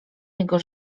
jego